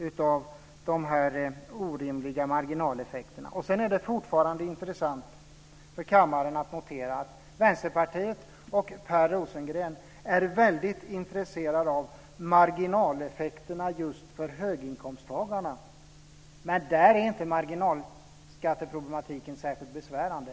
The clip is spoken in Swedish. del av problemet med orimliga marginaleffekter. Det är fortfarande intressant för kammaren att notera att Vänsterpartiet och Per Rosengren är väldigt intresserade av marginaleffekterna just för höginkomsttagarna. Men där är inte marginalskatteproblematiken särskilt besvärande.